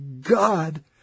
God